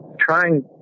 trying